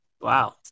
wow